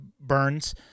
Burns